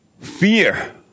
Fear